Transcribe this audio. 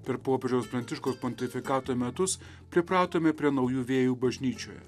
per popiežiaus pranciškaus pontifikato metus pripratome prie naujų vėjų bažnyčioje